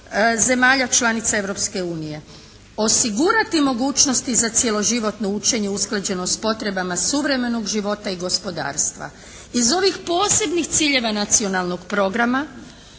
zemalja članica Europske unije. Osigurati mogućnosti za cjeloživotno učenje, usklađenost s potrebama suvremenog života i gospodarstva. Iz ovih posebnih ciljeva Nacionalnog programa